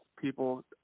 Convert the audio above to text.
people